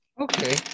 Okay